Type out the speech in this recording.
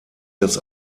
das